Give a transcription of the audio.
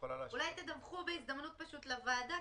יכולה --- אולי תדווחו בהזדמנות לוועדה,